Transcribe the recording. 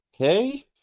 Okay